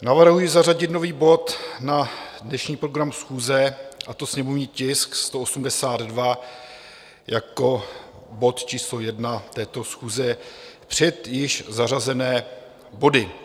Navrhuji zařadit nový bod na dnešní program schůze, a to sněmovní tisk 182, jako bod číslo 1 této schůze, před již zařazené body.